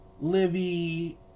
Livy